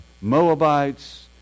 Moabites